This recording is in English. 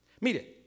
Mire